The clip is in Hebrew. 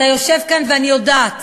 אתה יושב כאן, ואני יודעת